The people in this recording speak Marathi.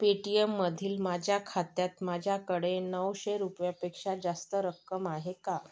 पेटीएममधील माझ्या खात्यात माझ्याकडे नऊशे रुपयापेक्षा जास्त रक्कम आहे का